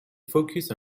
focus